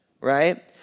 Right